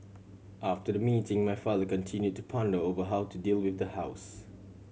after the meeting my father continue to ponder over how to deal with the house